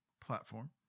platform